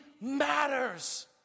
matters